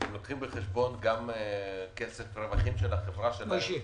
אתם לוקחים בחשבון גם רווחים של החברה שלהם,